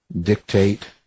dictate